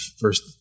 first